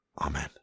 Amen